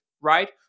right